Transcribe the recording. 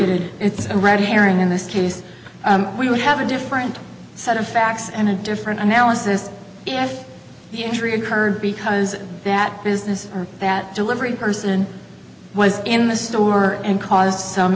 distributed it's a red herring in this case we would have a different set of facts and a different analysis of the injury occurred because that business that delivery person was in the store and caused some